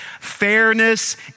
fairness